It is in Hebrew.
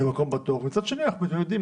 שהייה לכל אחד ולכן אשרת השהייה שניתנה